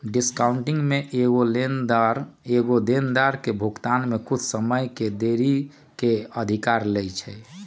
discounting में एगो लेनदार एगो देनदार के भुगतान में कुछ समय के देरी के अधिकार लेइ छै